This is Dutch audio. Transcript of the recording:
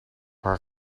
haar